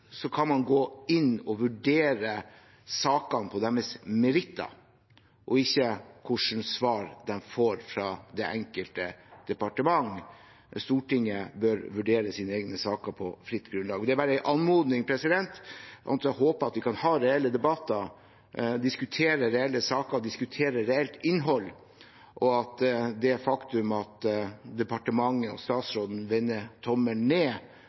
man forhåpentligvis kan gå inn og vurdere sakene på deres meritter og ikke på hva slags svar de får fra det enkelte departement. Stortinget bør vurdere sine egne saker på fritt grunnlag. La det være en anmodning. Jeg håper at vi kan ha reelle debatter, diskutere reelle saker, diskuteres reelt innhold, og at det faktum at departementet og statsråden vender tommelen ned,